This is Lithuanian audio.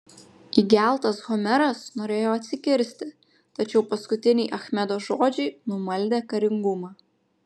įgeltas homeras norėjo atsikirsti tačiau paskutiniai achmedo žodžiai numaldė karingumą